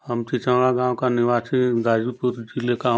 हम चिचौड़ा गाँव का निवासी गाजीपुर ज़िले का हूँ